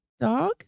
Dog